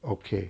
okay